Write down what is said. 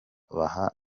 baha